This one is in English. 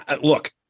look